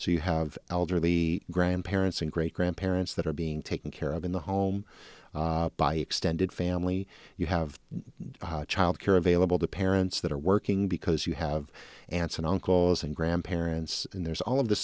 so you have elderly grandparents and great grandparents that are being taken care of in the home by extended family you have childcare available to parents that are working because you have aunts and uncles and grandparents and there's all of the